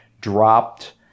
dropped